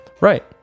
Right